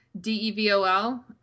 D-E-V-O-L